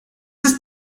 ist